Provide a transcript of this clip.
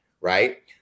right